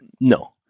No